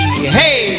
Hey